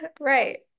Right